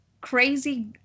crazy